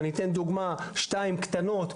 אני אתן דוגמה או שתיים קטנות.